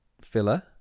filler